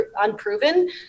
unproven